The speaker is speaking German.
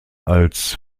als